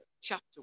chapter